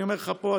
אני אומר לך פה,